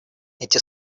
эти